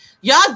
Y'all